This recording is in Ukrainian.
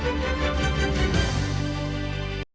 Дякую